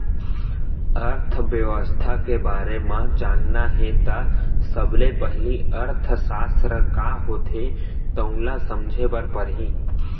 अर्थबेवस्था के बारे म जानना हे त सबले पहिली अर्थसास्त्र का होथे तउन ल समझे बर परही